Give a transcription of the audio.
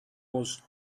was